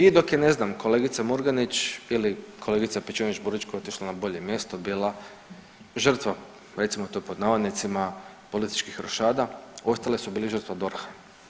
I dok je ne znam kolegica Murganić ili kolegica Pejčinović Burić koja je otišla na bolje mjesto bila žrtva recimo to pod navodnicima „političkih rošada“ ostali su bili žrtva DORH-a.